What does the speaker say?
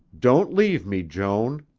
don't leave me, joan